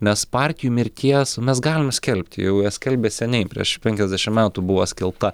nes partijų mirties mes galim skelbti jau skelbė seniai prieš penkiasdešim metų buvo skelbta